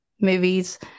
movies